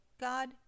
God